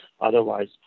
Otherwise